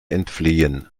entfliehen